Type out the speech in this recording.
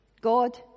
God